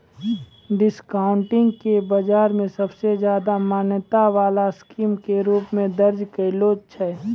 discounting के बाजार मे सबसे ज्यादा मान्यता वाला स्कीम के रूप मे दर्ज कैलो छै